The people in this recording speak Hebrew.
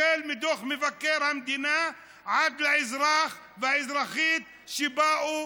החל מדוח מבקר המדינה עד לאזרח ולאזרחית שבאו